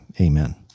amen